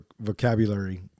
vocabulary